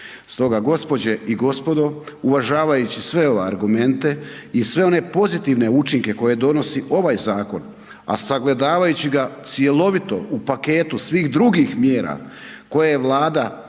Stoga gospođe i gospodo, uvažavajući sve ove argumente i sve one pozitivne učinke koje donosi ovaj Zakon, a sagledavajući ga cjelovito, u paketu svih drugih mjera koje je Vlada ili